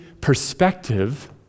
perspective